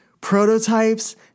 Prototypes